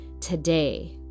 today